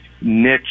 niche